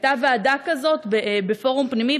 הייתה ועדה כזאת בפורום פנימי,